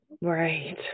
Right